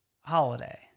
holiday